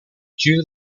due